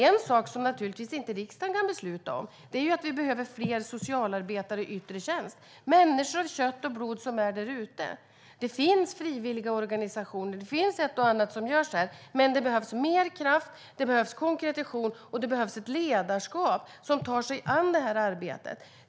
En sak som riksdagen naturligtvis inte kan besluta om är att det behövs fler socialarbetare i yttre tjänst - människor av kött och blod där ute. Det finns en och annan frivilligorganisation som gör saker, men det behövs mer kraft, konkretion och ett ledarskap som tar sig an arbetet.